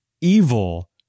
evil